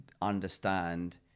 understand